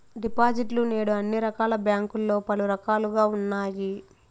డిపాజిట్లు నేడు అన్ని రకాల బ్యాంకుల్లో పలు రకాలుగా ఉన్నాయి